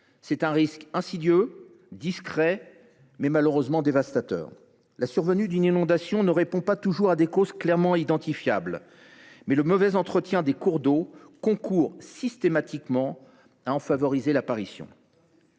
C’est un risque insidieux, discret, mais malheureusement dévastateur. La survenue d’une inondation ne répond pas toujours à des causes clairement identifiables, mais le mauvais entretien des cours d’eau concourt systématiquement à en favoriser l’apparition.